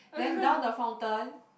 then down the fountain